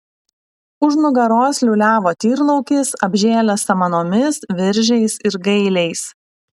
už nugaros liūliavo tyrlaukis apžėlęs samanomis viržiais ir gailiais